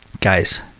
Guys